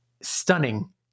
stunning